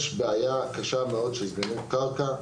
יש בעיה קשה מאוד של הזדקנות קרקע,